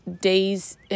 days